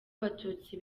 abatutsi